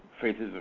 faces